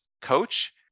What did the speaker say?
coach